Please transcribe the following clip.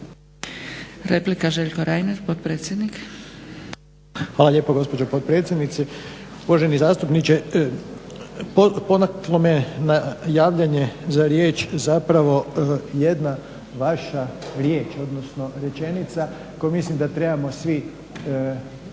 Replika, Željko Reiner, potpredsjednik. **Reiner, Željko (HDZ)** Hvala lijepo gospođo potpredsjednice. Uvaženi zastupniče, potaklo me na javljanje za riječ zapravo jedna vaša riječ, odnosno rečenica koju mislim da trebamo svi